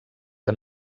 que